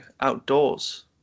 outdoors